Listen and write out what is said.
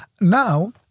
Now